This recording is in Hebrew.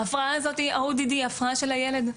ההפרעה הזאתי ה- ODD היא הפרעה של הילד,